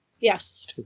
Yes